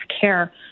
care